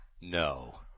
No